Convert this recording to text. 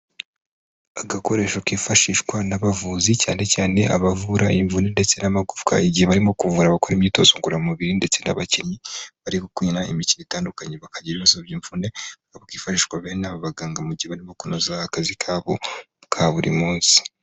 Agakoresho kifashishwa n'abavuzi, cyane cyane abavura imvune ndetse n'amagufwa, igihe barimo kuvura abakora imyitozo ngoramubiri ndetse n'abakinnyi, bari gukuna imikino itandukanye bakagira ibibazo by imvune, bakifashishwa bene aba baganga mu gihe barimo kunoza akazi kabo ka buri munsi.